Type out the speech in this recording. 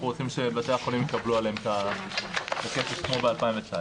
אנחנו רוצים שבתי-החולים יקבלו עליהם את התוספת כמו ב-2019.